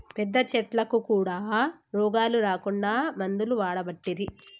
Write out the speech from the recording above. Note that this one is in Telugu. పెద్ద చెట్లకు కూడా రోగాలు రాకుండా మందులు వాడబట్టిరి